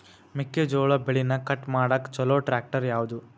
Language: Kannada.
ಮೆಕ್ಕೆ ಜೋಳ ಬೆಳಿನ ಕಟ್ ಮಾಡಾಕ್ ಛಲೋ ಟ್ರ್ಯಾಕ್ಟರ್ ಯಾವ್ದು?